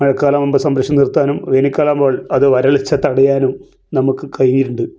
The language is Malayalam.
മഴക്കാലമാകുമ്പോൾ സംഭരിച്ച് നിർത്താനും വേനൽക്കാലമാകുമ്പോൾ അത് വരൾച്ച തടയാനും നമുക്ക് കഴിഞ്ഞിട്ടുണ്ട്